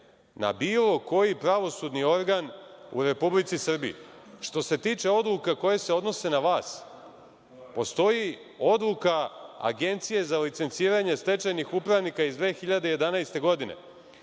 na bilo koji pravosudni organ u Republici Srbiji? Što se tiče odluka koje se odnose na vas, postoji odluka Agencije za licenciranje stečajnih upravnika iz 2011. godine